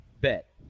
bet